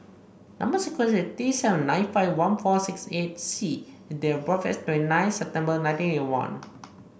number sequence is T seven nine five one four six eight C and date of birth is twenty nine September nineteen eighty one